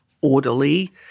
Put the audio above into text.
orderly